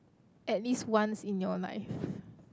at least once in your life